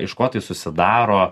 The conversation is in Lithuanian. iš ko tai susidaro